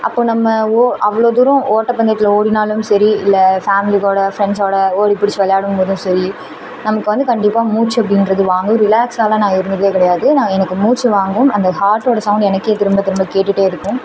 அப்போது நம்ம அவ்வளோ தூரம் ஓட்டப்பந்தயத்தில் ஓடினாலும் சரி இல்லை ஃபேமிலி கூட ஃப்ரெண்ட்ஸ்ஸோடய ஓடிப்பிடிச்சு விளையாடும் போதும் சரி நமக்கு வந்து கண்டிப்பாக மூச்சு அப்படின்றது வாங்கும் ரிலாக்ஸ்ஸெலாம் நான் இருந்ததே கிகெடையாது நான் எனக்கு மூச்சு வாங்கும் அந்த ஹார்ட்டோடய சவுண்ட் எனக்கே திரும்ப திரும்ப கேட்டுகிட்டே இருக்கும்